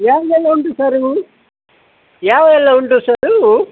ಯಾವುದೆಲ್ಲ ಉಂಟು ಸರ್ ಹೂ ಯಾವೆಲ್ಲ ಉಂಟು ಸರ್ ಹೂ